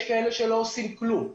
יש כאלה שלא עושים כלום.